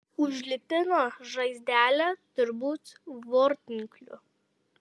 užlipino žaizdelę turbūt vortinkliu